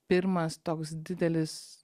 pirmas toks didelis